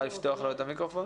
אלה שפתחו בניגוד להנחיות,